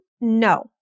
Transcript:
No